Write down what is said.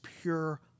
pure